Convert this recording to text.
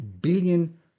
billion